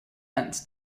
event